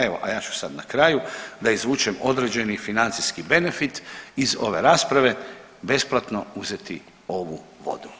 Evo a ja ću sad na kraju da izvučem određeni financijski benefit iz ove rasprave besplatno uzeti ovu vodu.